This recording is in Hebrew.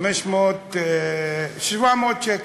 700 שקל.